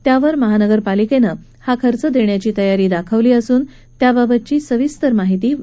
त्यावर महापालिकेनं हा खर्च देण्याची तयारी दाखवली असून याबाबतची सविस्तर माहिती मागवली आहे